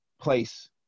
place